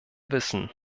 wissen